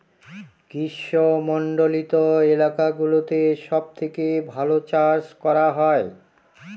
গ্রীষ্মমন্ডলীত এলাকা গুলোতে সব থেকে ভালো চাষ করা হয়